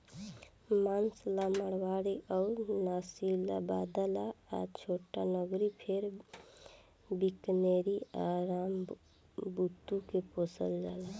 मांस ला मारवाड़ी अउर नालीशबाबाद आ छोटानगरी फेर बीकानेरी आ रामबुतु के पोसल जाला